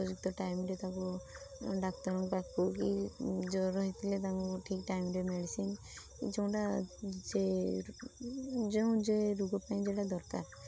ଉପଯୁକ୍ତ ଟାଇମରେ ତାକୁ ଡାକ୍ତରଙ୍କ ପାଖକୁ କି ଜ୍ୱର ହେଇଥିଲେ ତାଙ୍କୁ ଠିକ ଟାଇମରେ ମେଡ଼ିସିନ ଯେଉଁଟା ସେ ଯେଉଁ ଯେ ରୋଗ ପାଇଁ ଯେଉଁଟା ଦରକାର